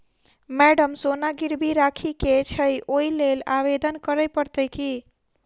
Madam सोना गिरबी राखि केँ छैय ओई लेल आवेदन करै परतै की?